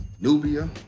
Nubia